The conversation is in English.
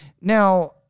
Now